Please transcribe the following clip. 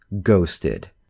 Ghosted